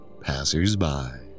passers-by